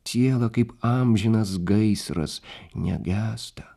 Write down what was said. siela kaip amžinas gaisras negęsta